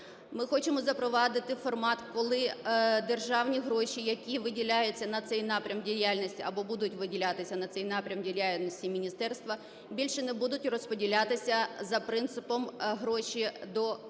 Ми хочемо запровадити формат, коли державні гроші, які виділяються на цей напрям діяльності або будуть виділятися на цей напрям діяльності міністерства, більше не будуть розподілятися за принципом "гроші до